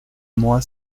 moi